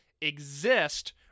exist